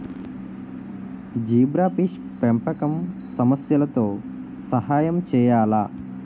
Zebrafish పెంపకం సమస్యలతో సహాయం చేయాలా?